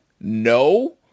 No